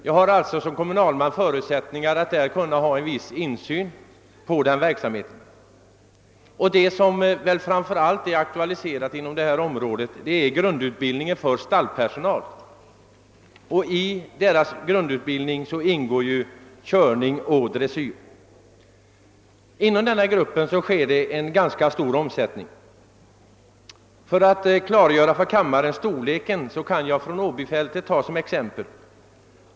Jag har alltså som kommunalman förutsättningar att få en viss insyn i verksamheten. Vad som framför allt är aktuellt inom detta område är grundutbildning för stallpersonal. I denna grundutbildning ingår körning och dressyr. Inom denna grupp sker en ganska stor omsättning. För att klargöra storleken för kammarens ledamöter kan jag ta Åbyfältet som exempel.